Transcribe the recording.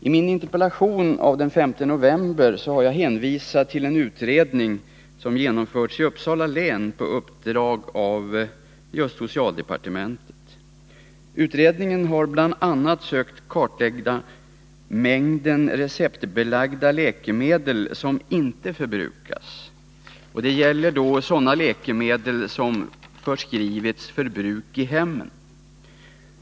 I min interpellation av den 5 november har jag hänvisat till en utredning som genomförts i Uppsala län på uppdrag av socialdepartementet. Utredningen har bl.a. sökt kartlägga mängden receptbelagda läkemedel som inte förbrukas. Det gäller då sådana läkemedel som förskrivits för bruk i hemmen.